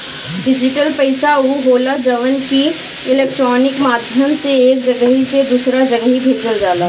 digital पईसा उ होला जवन की इलेक्ट्रोनिक माध्यम से एक जगही से दूसरा जगही भेजल जाला